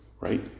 right